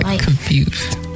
Confused